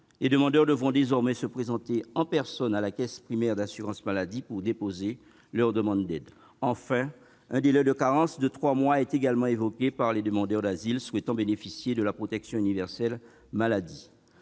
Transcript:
Les demandeurs devront désormais se présenter en personne à la caisse primaire d'assurance maladie pour déposer leur demande d'aide. Enfin, un délai de carence de trois mois est également évoqué pour les demandeurs d'asile souhaitant bénéficier de la protection universelle maladie.